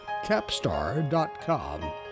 Capstar.com